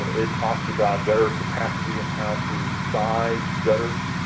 it talks about gutter capacity in how to size gutters,